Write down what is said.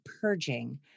purging